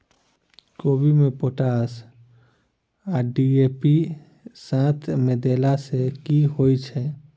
कोबी मे पोटाश आ डी.ए.पी साथ मे देला सऽ की होइ छै?